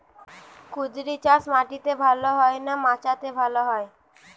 কুঁদরি চাষ মাটিতে ভালো হয় না মাচাতে ভালো হয়?